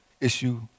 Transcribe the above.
issue